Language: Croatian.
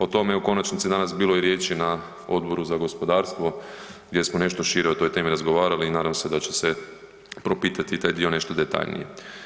O tome je u konačnici danas bilo i riječi na Odboru za gospodarstvo gdje smo nešto šire o toj temi razgovarali i nadam se da će se propitati taj dio nešto detaljnije.